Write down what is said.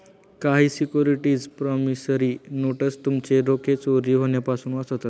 काही securities promissory notes तुमचे रोखे चोरी होण्यापासून वाचवतात